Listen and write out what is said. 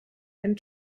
and